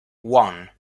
one